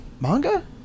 manga